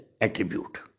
attribute